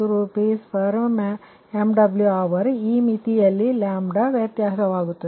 40 RsMWhr ಈ ಮಿತಿಯಲ್ಲಿ ವ್ಯತ್ಯಾಸವಾಗುತ್ತದೆ